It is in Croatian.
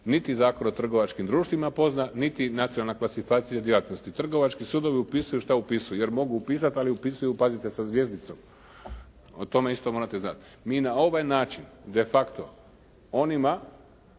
niti Zakon o trgovačkim društvima ni Nacionalna klasifikacija djelatnosti. Trgovački sudovi upisuju šta upisuju jer mogu upisat, ali upisuju pazite sa zvjezdicom. O tome isto morate, da. Mi na ovaj način de facto onima